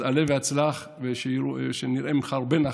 אז עלה והצלח, ושנראה ממך הרבה נחת.